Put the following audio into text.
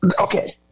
Okay